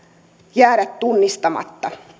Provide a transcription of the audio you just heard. jäädä tunnistamatta